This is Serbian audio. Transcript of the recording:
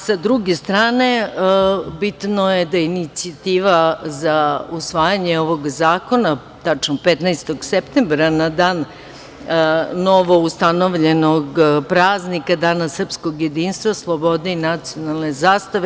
Sa druge strane, bitno je da je inicijativa za usvajanje ovog zakona tačno 15. septembra, na dan novoustanovljenog praznika – Dana srpskog jedinstva, slobode i nacionalne zastave.